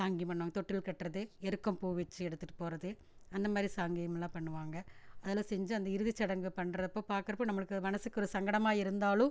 சாங்கிய பண்ணுவாங்கள் தொட்டில் கட்டுறது எருக்கம் பூ வச்சி எடுத்துட்டு போகிறது அந்த மாதிரி சாங்கியம் எல்லாம் பண்ணுவாங்கள் அதில் செஞ்சு அந்த இறுதிச்சடங்கு பண்ணுறப்போ பார்க்குறப்போ நம்மளுக்கு மனசுக்கு ஒரு சங்கடமாக இருந்தாலும்